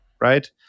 right